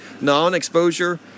non-exposure